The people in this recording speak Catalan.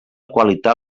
qualitat